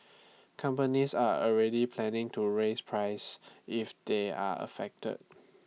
companies are already planning to raise prices if they are affected